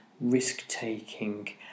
risk-taking